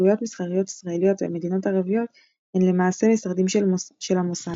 שנציגויות מסחריות ישראליות במדינות ערביות הן למעשה משרדים של המוסד.